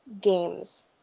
games